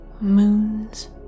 moons